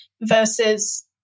versus